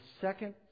second